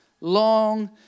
long